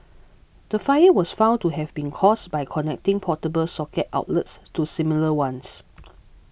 the fire was found to have been caused by connecting portable socket outlets to similar ones